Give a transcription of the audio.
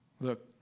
Look